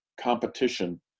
competition